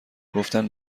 گفتن